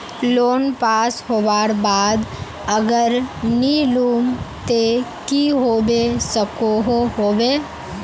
Loan पास होबार बाद अगर नी लुम ते की होबे सकोहो होबे?